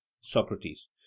Socrates